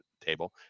table